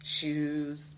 shoes